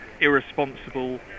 irresponsible